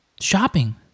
shopping